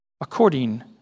according